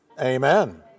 Amen